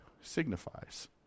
signifies